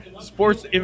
Sports